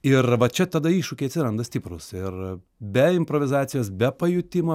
ir va čia tada iššūkiai atsiranda stiprūs ir be improvizacijos be pajutimo